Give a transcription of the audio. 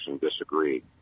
disagree